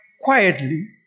quietly